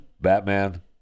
batman